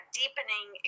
deepening